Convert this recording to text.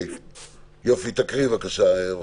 תקרא בבקשה.